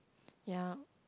ya